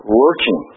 working